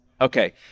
Okay